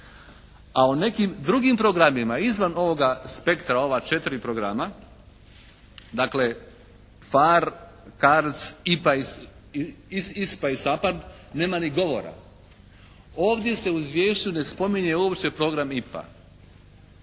A o nekim drugim programima izvan ovoga spektra ova četiri programa, dakle PHARE, CARDS, ISPA i SAPARD nema ni govora. Ovdje se u izvješću ne spominje uopće program IPA.